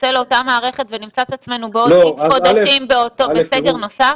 נצא לאותה מערכת ונמצא את עצמו בעוד איקס חודשים בסגר נוסף?